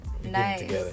Nice